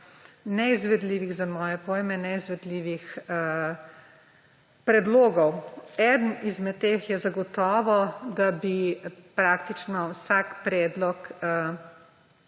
nekaj za moje pojme neizvedljivih predlogov. Eden izmed teh je zagotovo, da bi praktično vsak tak